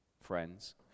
friends